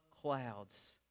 clouds